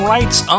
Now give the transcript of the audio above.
Rights